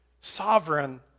Sovereign